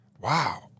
Wow